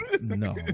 no